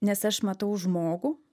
nes aš matau žmogų